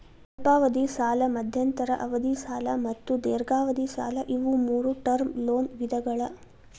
ಅಲ್ಪಾವಧಿ ಸಾಲ ಮಧ್ಯಂತರ ಅವಧಿ ಸಾಲ ಮತ್ತು ದೇರ್ಘಾವಧಿ ಸಾಲ ಇವು ಮೂರೂ ಟರ್ಮ್ ಲೋನ್ ವಿಧಗಳ